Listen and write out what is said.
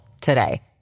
today